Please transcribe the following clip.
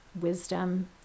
wisdom